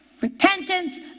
repentance